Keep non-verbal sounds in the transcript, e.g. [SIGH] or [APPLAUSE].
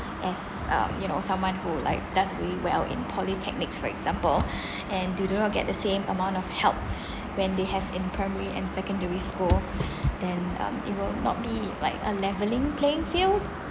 as um you know someone who like does really well in polytechnic for example [BREATH] and you do not get the same amount of help when they have in primary and secondary school [NOISE] then um it will not be like a leveling playing field